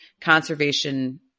conservation